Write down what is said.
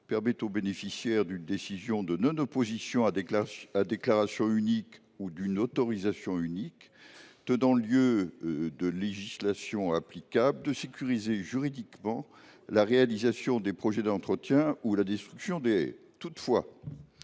permet aux bénéficiaires d’une décision de non opposition à déclaration unique ou d’une autorisation unique tenant lieu de législation applicable de sécuriser juridiquement la réalisation des projets d’entretien ou la destruction des haies. Toutefois,